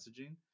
messaging